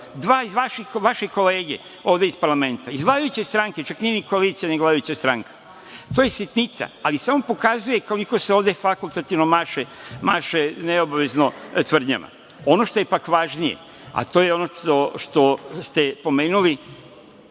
Dvoje vaših kolega ovde iz parlamenta, iz vladajuće stranke. Čak nije ni koalicija, nego vladajuća stranka. To je sitnica, ali samo pokazuje koliko se ovde fakultativno maše neobavezno tvrdnjama. Ono što je pak važnije, a to je ono što ste pomenuli